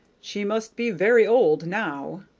she must be very old, now,